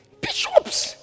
bishops